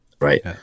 Right